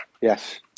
yes